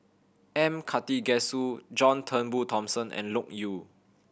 M Karthigesu John Turnbull Thomson and Loke Yew